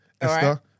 Esther